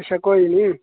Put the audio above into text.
अच्छा कोई निं